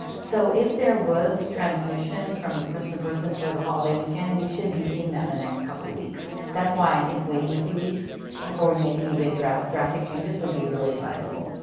so if there was transmission from person to person for the holiday weekend, we should be seeing that in the next couple of weeks. that's why i think waiting a few weeks before we make any big drastic drastic changes would be really advisable.